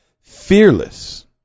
fearless